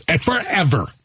Forever